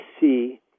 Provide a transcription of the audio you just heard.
see